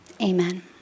Amen